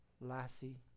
lassie